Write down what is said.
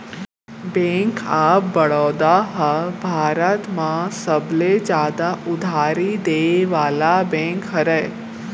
bank of Baroda ह भारत म सबले जादा उधारी देय वाला बेंक हरय